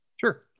Sure